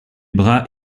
bras